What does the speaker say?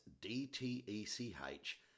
D-T-E-C-H